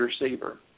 receiver